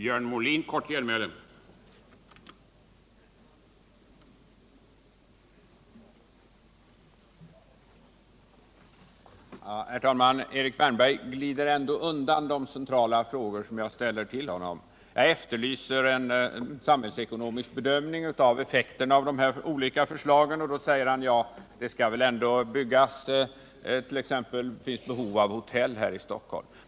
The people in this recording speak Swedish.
Herr talman! Erik Wärnberg glider undan de centrala frågor jag har ställt till honom. Jag efterlyser en samhällsekonomisk bedömning av effekterna av de olika förslag som lagts fram, och då säger Erik Wärnberg att det ju ändå skall byggas och att det t.ex. finns behov av fler hotell här i Stockholm.